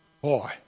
Boy